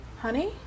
Honey